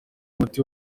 umuti